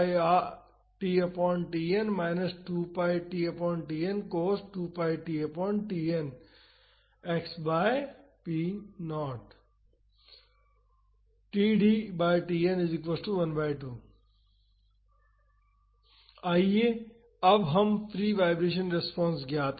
आइए अब हम फ्री वाईब्रेशन रेस्पॉन्स ज्ञात करें